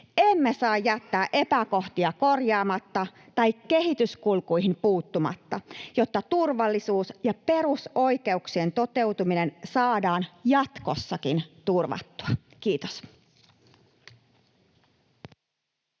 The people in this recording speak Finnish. Emme saa jättää epäkohtia korjaamatta tai kehityskulkuihin puuttumatta, jotta turvallisuus ja perusoikeuksien toteutuminen saadaan jatkossakin turvattua. — Kiitos.